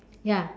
ya